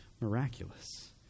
miraculous